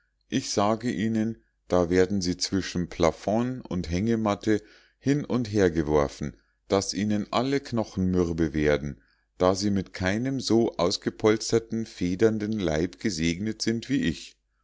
ich sage ihnen da werden sie zwischen plafond und hängematte hinund hergeworfen daß ihnen alle knochen mürbe werden da sie mit keinem so ausgepolsterten federnden leib gesegnet sind wie ich